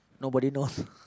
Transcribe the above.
nobody knows